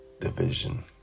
division